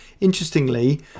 Interestingly